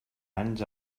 anys